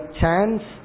chance